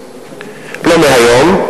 זאת לא מהיום,